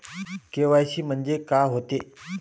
KYC म्हंनजे का होते?